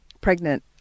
pregnant